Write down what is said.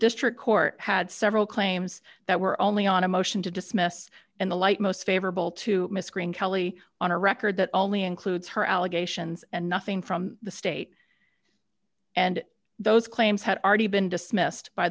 district court had several claims that were only on a motion to dismiss in the light most favorable to miss green kelly on a record that only includes her allegations and nothing from the state and those claims had already been dismissed by